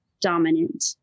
dominant